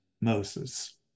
Moses